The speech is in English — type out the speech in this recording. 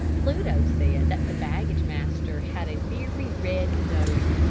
pluto said that the baggage-master had a very red nose,